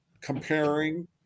comparing